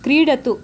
क्रीडतु